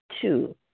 Two